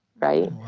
right